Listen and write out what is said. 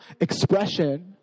expression